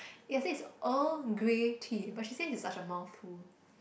yeah I say it's Earl Grey tea but she says it's such a mouthful